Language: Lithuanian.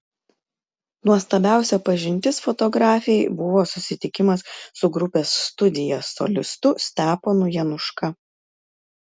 nuostabiausia pažintis fotografei buvo susitikimas su grupės studija solistu steponu januška